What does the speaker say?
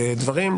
דברים,